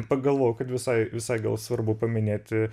pagalvojau kad visai visai gal svarbu paminėti